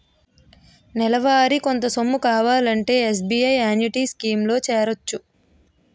నెలవారీ కొంత సొమ్ము మనకు కావాలంటే ఎస్.బి.ఐ యాన్యుటీ స్కీం లో చేరొచ్చు